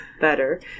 better